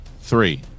three